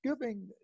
giving